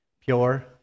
pure